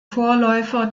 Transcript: vorläufer